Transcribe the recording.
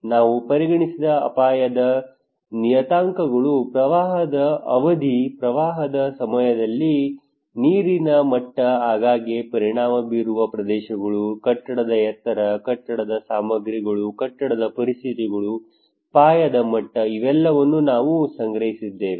ನಾವು ಪರಿಗಣಿಸಿದ ಅಪಾಯದ ನಿಯತಾಂಕಗಳು ಪ್ರವಾಹದ ಅವಧಿ ಪ್ರವಾಹದ ಸಮಯದಲ್ಲಿ ನೀರಿನ ಮಟ್ಟ ಆಗಾಗ್ಗೆ ಪರಿಣಾಮ ಬೀರುವ ಪ್ರದೇಶಗಳು ಕಟ್ಟಡದ ಎತ್ತರ ಕಟ್ಟಡ ಸಾಮಗ್ರಿಗಳು ಕಟ್ಟಡದ ಪರಿಸ್ಥಿತಿಗಳು ಪಾಯದ ಮಟ್ಟ ಇವೆಲ್ಲವನ್ನೂ ನಾವು ಸಂಗ್ರಹಿಸಿದ್ದೇವೆ